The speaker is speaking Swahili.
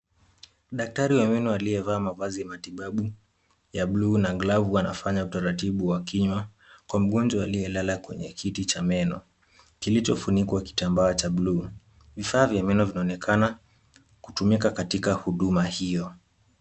Daktari wa meno aliyevaa mavazi ya matibabu, ya bluu na glavu wanafanya utaratibu wa kinywa, kwa mgonjwa aliye lala kwenye kiti cha meno. Kilichofunikwa kitambaa cha bluu. Vifaa vya meno vinaonekana: kutumika katika huduma hiyo.